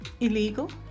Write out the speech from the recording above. illegal